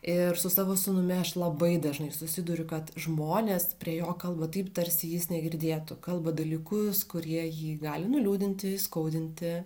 ir su savo sūnumi aš labai dažnai susiduriu kad žmonės prie jo kalba taip tarsi jis negirdėtų kalba dalykus kurie jį gali nuliūdinti įskaudinti